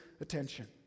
attention